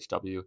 HW